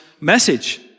message